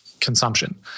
consumption